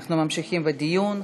אנחנו ממשיכים בדיון.